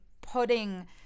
putting